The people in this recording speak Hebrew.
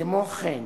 כמו כן,